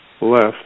left